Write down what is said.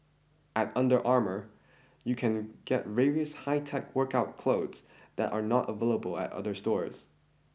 at Under Armour you can get various high tech workout clothes that are not available at other stores